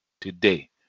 today